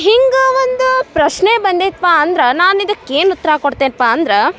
ಹಿಂಗೆ ಒಂದು ಪ್ರಶ್ನೆ ಬಂದೈತೆ ಪಾ ಅಂದ್ರೆ ನಾನು ಇದಕ್ಕೆ ಏನು ಉತ್ರ ಕೊಡ್ತೇನೆ ಪಾ ಅಂದ್ರೆ